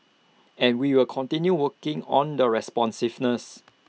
and we will continue working on the responsiveness